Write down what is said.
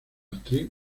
actriz